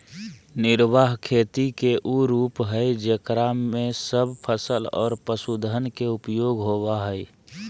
निर्वाह खेती के उ रूप हइ जेकरा में सब फसल और पशुधन के उपयोग होबा हइ